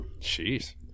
Jeez